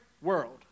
world